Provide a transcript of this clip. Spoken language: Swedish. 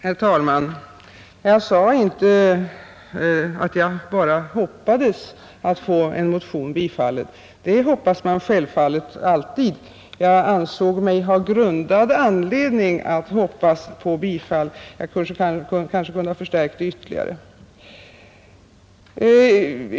Herr talman! Jag sade inte att jag bara hoppades att få min motion bifallen. Det hoppas man självfallet alltid. Jag ansåg mig ha grundad anledning att hoppas på bifall. Jag kanske kunde ha förstärkt det ytterligare.